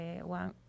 one